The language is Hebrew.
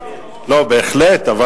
בהחלט.